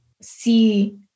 see